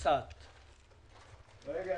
של המגזר העסקי בכללותו והן של השקעות הממשלה,